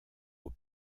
aux